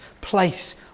place